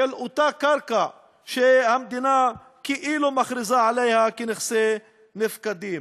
של אותה קרקע שהמדינה מכריזה עליה כאילו היא נכסי נפקדים.